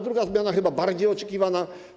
Druga zmiana jest chyba bardziej oczekiwana.